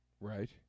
Right